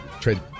trade